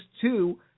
two